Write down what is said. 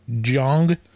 Jong